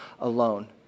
alone